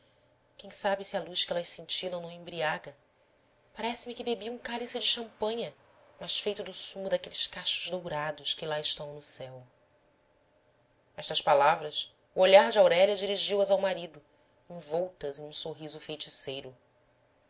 quem sabe se a luz que elas cintilam não embriaga parece-me que bebi um cálice de champanha mas feito do sumo daqueles cachos dourados que lá estão no céu estas palavras o olhar de aurélia dirigiu as ao marido envoltas em um sorriso feiticeiro